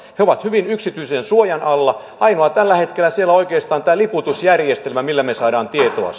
he ovat hyvin yksityisen suojan alla tällä hetkellä siellä on oikeastaan tämä liputusjärjestelmä ainoa millä me saamme tietoa